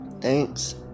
Thanks